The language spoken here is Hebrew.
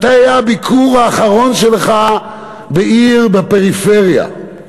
מתי היה הביקור שלך בעיר בפריפריה,